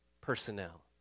personnel